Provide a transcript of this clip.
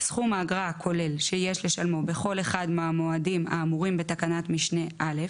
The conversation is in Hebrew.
סכום האגרה הכולל שיש לשלמו בכל אחד מהמועדים האמורים בתקנת משנה (א)